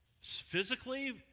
physically